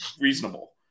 reasonable